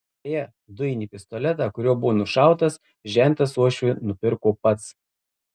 beje dujinį pistoletą kuriuo buvo nušautas žentas uošviui nupirko pats